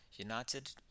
United